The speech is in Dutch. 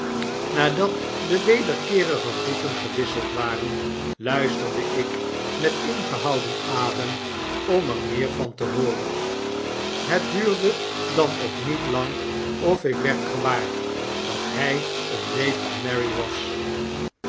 nadat de wederkeerige groeten gewisseld waren luisterde ik met ingehouden adem om er meer van te hooren het duurde dan ook niet lang of ik werd gewaar dat hy een neef van mary was